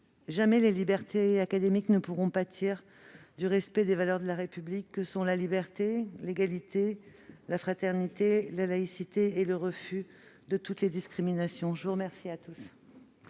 jamais les libertés académiques ne pourront pâtir du respect des valeurs de la République que sont la liberté, l'égalité, la fraternité, la laïcité et le refus de toutes les discriminations. J'informe le Sénat